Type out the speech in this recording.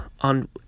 on